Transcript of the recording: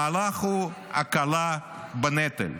המהלך הוא הקלה בנטל,